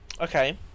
Okay